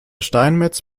steinmetz